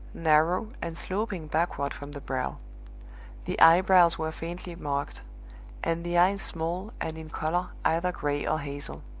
narrow, and sloping backward from the brow the eyebrows were faintly marked and the eyes small, and in color either gray or hazel.